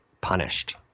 punished